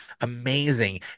amazing